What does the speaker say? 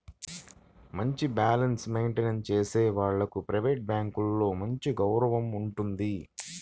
మంచి balance maintain చేసే వాళ్లకు ప్రైవేట్ బ్యాంకులలో మంచి గౌరవం ఉంటుంది